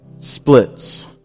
Splits